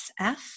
SF